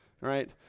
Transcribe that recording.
right